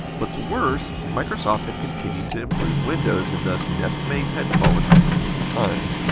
what's worse, microsoft had continued to improve windows and thus deskmate had fallen drastically behind.